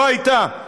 לא הייתה,